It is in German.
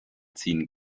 ziehen